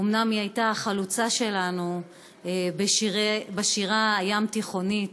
אומנם היא הייתה החלוצה שלנו בשירה הים-תיכונית,